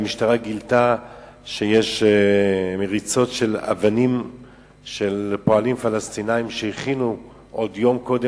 המשטרה גילתה מריצות אבנים שפלסטינים הכינו יום קודם